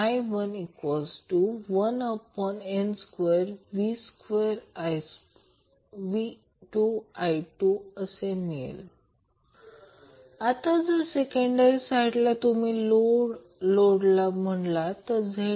ZinV1I11n2V2I2 आता जर secondary साईडला तुम्ही लोड जोडला तर म्हणूया ZL